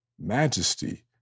majesty